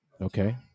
Okay